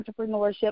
entrepreneurship